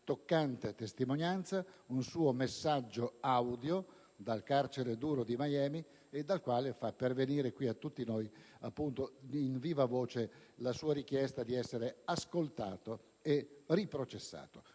toccante testimonianza, un suo messaggio audio dal carcere duro di Miami, con il quale fa pervenire a tutti noi, in viva voce, la sua richiesta di essere ascoltato e nuovamente